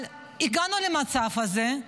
אבל הגענו למצב הזה,